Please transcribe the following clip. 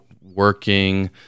working